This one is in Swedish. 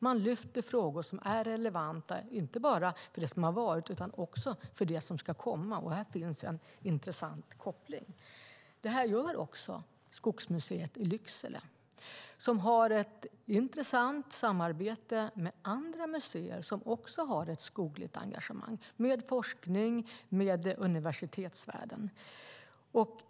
De lyfter fram frågor som är relevanta inte bara för det som har varit utan också för det som ska komma. Här finns en intressant koppling. Detta gör också Skogsmuseet i Lycksele, som har ett intressant samarbete med andra museer som också har ett skogligt engagemang med forskning och med universitetsvärlden.